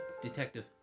Detective